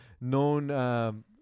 known